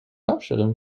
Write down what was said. ausstellungen